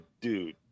dude